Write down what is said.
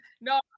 No